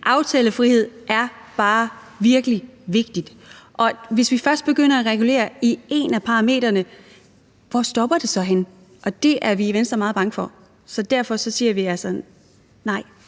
aftalefrihed er bare virkelig vigtig, og hvis vi først begynder at regulere i et af parametrene, hvor stopper det så henne? Det er vi i Venstre meget bange for, så derfor siger vi